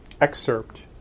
excerpt